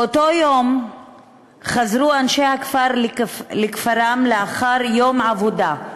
באותו היום חזרו אנשי הכפר לכפרם לאחר יום עבודה,